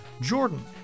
Jordan